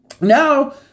Now